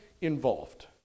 involved